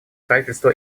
правительство